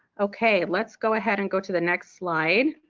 okay let's go ahead and go to the next slide